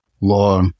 law